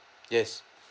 yes